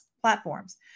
platforms